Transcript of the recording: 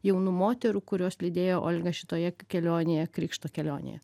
jaunų moterų kurios lydėjo olgą šitoje kelionėje krikšto kelionėje